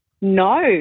No